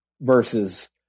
versus